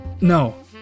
No